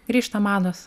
grįžta mados